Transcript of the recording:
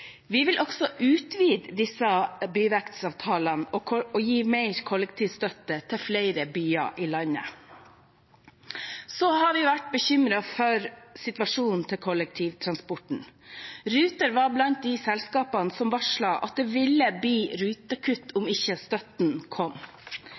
Vi vil også utvide disse byvekstavtalene og gi mer kollektivstøtte til flere byer i landet. Så har vi vært bekymret for situasjonen til kollektivtransporten. Ruter var blant de selskapene som varslet at det ville bli rutekutt om